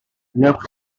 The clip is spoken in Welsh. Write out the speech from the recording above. wnewch